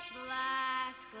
last